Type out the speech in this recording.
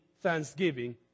thanksgiving